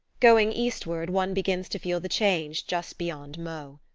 going eastward, one begins to feel the change just beyond meaux.